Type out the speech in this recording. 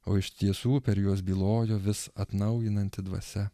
o iš tiesų per juos bylojo vis atnaujinanti dvasia